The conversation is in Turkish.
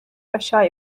aşağı